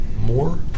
more